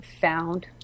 found